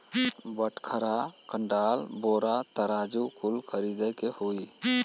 बटखरा, कंडाल, बोरा, तराजू कुल खरीदे के होई